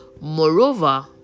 Moreover